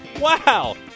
Wow